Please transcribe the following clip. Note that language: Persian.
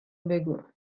بگو